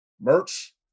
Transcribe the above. merch